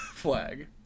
flag